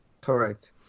Correct